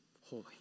holy